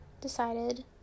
decided